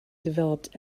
developed